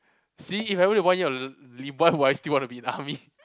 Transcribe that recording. see if I only have one year to live why would I still be in the army